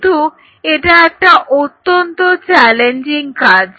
কিন্তু এটা একটা অত্যন্ত চ্যালেঞ্জিং কাজ